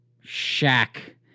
shack